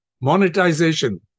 Monetization